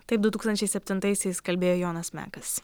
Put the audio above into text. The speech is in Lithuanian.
taip du tūkstančiai septintaisiais kalbėjo jonas mekas